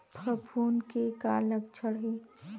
फफूंद के का लक्षण हे?